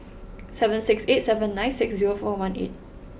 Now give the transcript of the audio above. seven six eight seven nine six zero four one eight